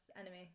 enemy